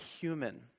human